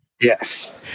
Yes